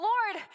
Lord